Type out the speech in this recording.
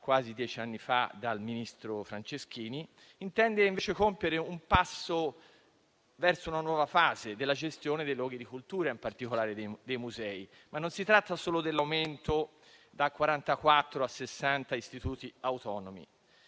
quasi dieci anni fa dal ministro Franceschini, intende invece compiere un passo verso una nuova fase della gestione dei luoghi della cultura e in particolare dei musei. Non si tratta solo dell'aumento da 44 a 60 istituti autonomi